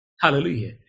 Hallelujah